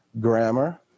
grammar